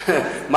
2. אם כן,